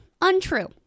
untrue